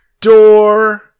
door